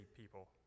people